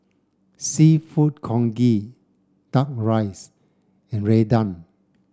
seafood Congee duck rice and Rendang